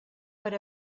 per